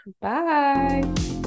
bye